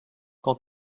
quand